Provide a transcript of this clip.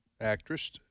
Actress